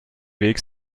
weg